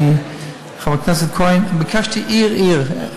חבר הכנסת כהן, ביקשתי עיר-עיר.